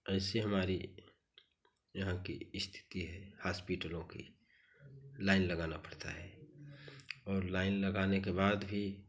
ऐसे हमारी यहाँ की स्थिति है हॉस्पिटलों की लाइन लगाना पड़ता है और लाइन लगाने के बाद भी